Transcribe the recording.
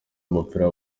w’umupira